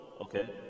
Okay